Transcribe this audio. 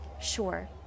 Sure